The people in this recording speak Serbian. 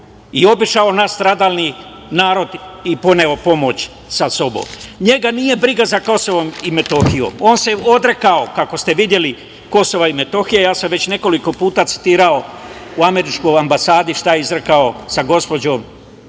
i obišao nastradali narod i poneo pomoć sa sobom. Njega nije briga za Kosovo i Metohiju. On se odrekao, kako ste videli, Kosova i Metohije. Ja sam već nekoliko puta citirao u američkoj ambasadi šta je izrekao sa gospođom